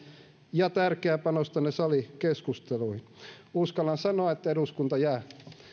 ja tärkeää panostanne salikeskusteluihin uskallan sanoa että eduskunta jää